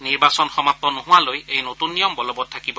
নিৰ্বাচন সমাপ্ত নোহোৱালৈ এই নতুন নিয়ম বলবৎ থাকিব